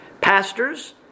pastors